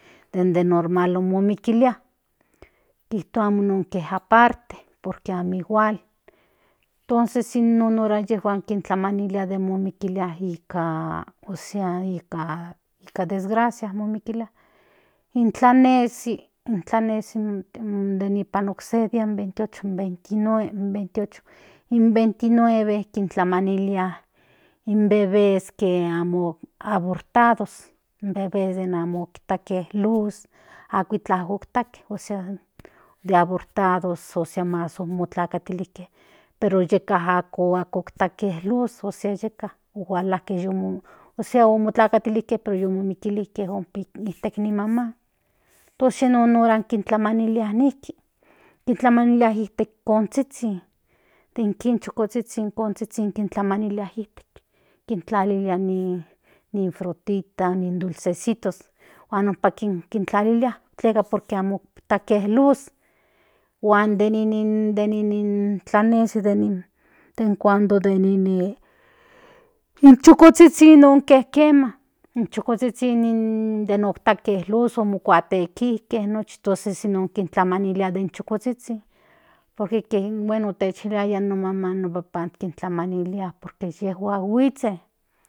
Den e normal ikilia kituan non ke ja parte porque amo igua tosi si non hora yejuan kintlamanila den ikilia ika osea ika ika desgracia ikilia intlanesi intlanesi non deni panok sebian veintiocho veintinueve veintiocho in veintinueve kintlamanilia in bebes ke amo abortados in bebes den amo kitake luz akitla otake osea de abortados osea mas ikilike pero yeka ako akok otake luz osea yeka ojala ke y o osea y utlakatilike pero y ikilike ompik ni ijtek ni mama tosi non horan kintlamanilia nijki kintlamanilia ikte kontsitsin den kin chukotsitsin kontsitsin kintlamanilia ikte kintlalilia nin frutita nin dulcesitos huan nonpa kintlalilia tleka porque amo kitake luz huan de ni nin de ni nin intlanesi de nin den cuando de ni nin in chukotsitsin nunke kiema in chukotsitsin denon kate luz o mukuate kike nochi tos itsin non kintlamanilia den in chukotsitsin porque bueno techilayan no mama no beban kintlamanili porque yejuan huitsen.